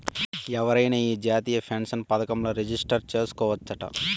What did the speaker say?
ఎవరైనా ఈ జాతీయ పెన్సన్ పదకంల రిజిస్టర్ చేసుకోవచ్చట